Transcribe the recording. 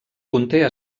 conté